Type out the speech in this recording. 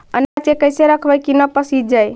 अनाज के कैसे रखबै कि न पसिजै?